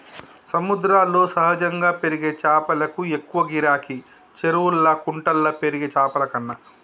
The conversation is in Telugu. సముద్రాల్లో సహజంగా పెరిగే చాపలకు ఎక్కువ గిరాకీ, చెరువుల్లా కుంటల్లో పెరిగే చాపలకన్నా